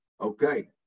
Okay